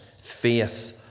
faith